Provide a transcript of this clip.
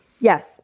Yes